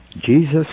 Jesus